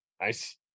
Nice